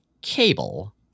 Cable